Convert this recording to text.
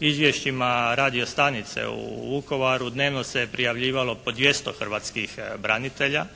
izvješćima radiostanice u Vukovaru dnevno se prijavljivalo po 200 hrvatskih branitelja,